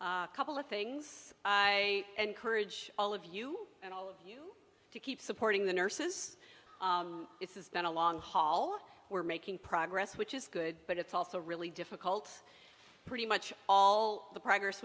board couple of things i encourage all of you and all of you to keep supporting the nurses it's been a long haul we're making progress which is good but it's also really difficult pretty much all the progress